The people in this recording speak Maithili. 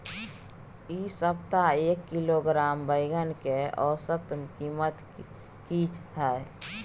इ सप्ताह एक किलोग्राम बैंगन के औसत कीमत की हय?